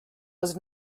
was